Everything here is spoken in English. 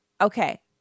okay